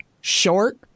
short